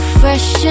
fresh